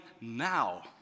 now